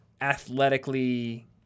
athletically